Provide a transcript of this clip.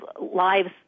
lives